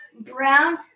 brown